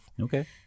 okay